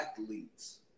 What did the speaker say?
athletes